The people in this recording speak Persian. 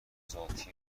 ذاتی